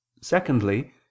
Secondly